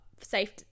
safe